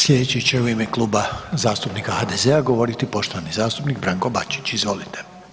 Sljedeći će u ime Kluba zastupnika HDZ-a govoriti poštovani zastupnik Branko Bačić, izvolite.